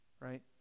Right